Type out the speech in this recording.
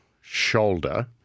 shoulder